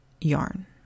yarn